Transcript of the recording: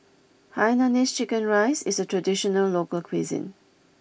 Hainanese Chicken Rice is a traditional local cuisine